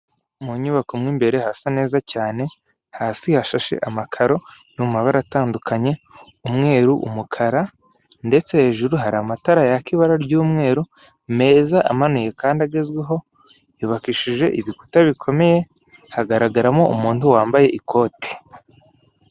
Mu nyubako mo imbere harasa neza cyane hasi hashashe amakaro yo mu mabara atandukanye umweru, umukara ndetse hejuru hari amatara yaka ibara ry'umweru meza amanuya kandi agezweho yubakishije ibikuta bikomeye, hagaragaramo umuntu wambaye ikote.